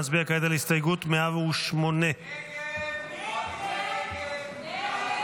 נצביע כעת על הסתייגות 108. הסתייגות 108